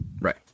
Right